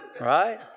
Right